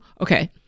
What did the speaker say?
Okay